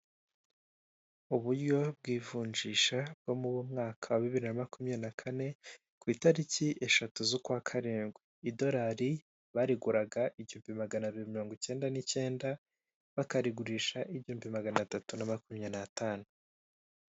Uburyo bw'ivunjisha bwo mu mwaka wa bibiri na makumyabiri na kane ku itariki eshatu z'ukwa karindwi, idorari barireguraga igihumbi maganabiri mirongo cyenda n'icyenda, bakarigurisha ibihumbi magana atatu na makumya n'atanu.